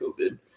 COVID